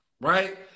Right